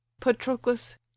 Patroclus